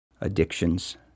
addictions